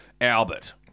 Albert